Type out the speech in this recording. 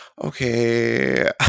okay